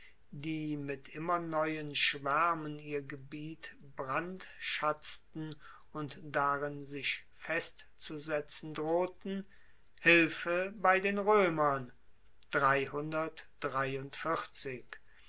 die mit immer neuen schwaermen ihr gebiet brandschatzten und darin sich festzusetzen drohten hilfe bei den roemern